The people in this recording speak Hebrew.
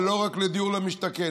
ולא רק לדיור למשתכן.